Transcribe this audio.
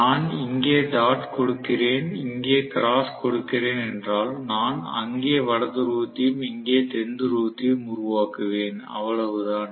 நான் இங்கே டாட் கொடுக்கிறேன் இங்கே கிராஸ் கொடுக்கிறேன் என்றால் நான் அங்கே வட துருவத்தையும் இங்கே தென் துருவத்தையும் உருவாக்குவேன் அவ்வளவுதான்